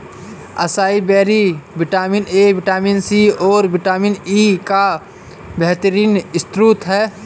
acai berry vitamin A, vitamin C, और vitamin E का बेहतरीन स्त्रोत है